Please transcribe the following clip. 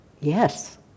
Yes